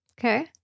Okay